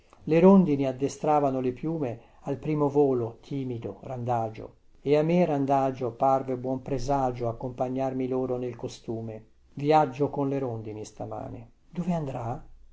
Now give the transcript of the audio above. le rondini addestravano le piume al primo volo timido randagio e a me randagio parve buon presagio accompagnarmi loro nel costume vïaggio con le rondini stamane dove andrà